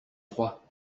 froid